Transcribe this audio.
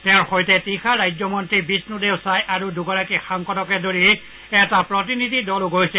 তেওঁৰ সৈতে তীখা ৰাজ্যমন্ত্ৰী বিফু দেও ছাই আৰু দুগৰাকী সাংসদকে ধৰি এটা প্ৰতিনিধি দলো গৈছে